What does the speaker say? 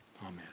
Amen